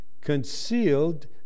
Concealed